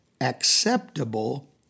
acceptable